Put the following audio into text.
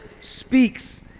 speaks